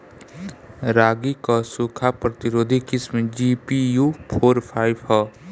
रागी क सूखा प्रतिरोधी किस्म जी.पी.यू फोर फाइव ह?